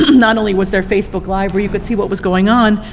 not only was there facebook live, where you could see what was going on,